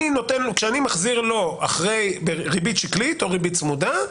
כשאני מחזיר לו בריבית שקלית או בריבית צמודה,